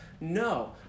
No